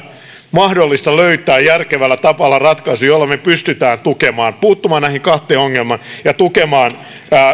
mahdollista löytää järkevällä tavalla ratkaisu jolla me pystymme puuttumaan näihin kahteen ongelmaan ja tukemaan